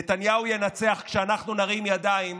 נתניהו ינצח כשאנחנו נרים ידיים,